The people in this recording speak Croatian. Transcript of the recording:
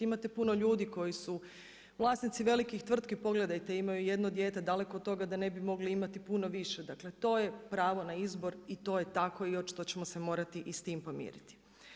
Imate puno ljudi koji su vlasnici velikih tvrtki, pogledajte ih, imaju jedno dijete, daleko od toga da ne bi mogli imati puno više, dakle to je pravo na izbor i to je tako i očito ćemo se morati i s tim pomiriti.